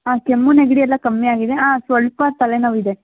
ಹಾಂ ಕೆಮ್ಮು ನೆಗಡಿ ಎಲ್ಲ ಕಮ್ಮಿ ಆಗಿದೆ ಹಾಂ ಸ್ವಲ್ಪ ತಲೆನೋವು ಇದೆ